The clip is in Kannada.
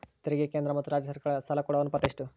ರೈತರಿಗೆ ಕೇಂದ್ರ ಮತ್ತು ರಾಜ್ಯ ಸರಕಾರಗಳ ಸಾಲ ಕೊಡೋ ಅನುಪಾತ ಎಷ್ಟು?